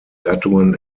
gattungen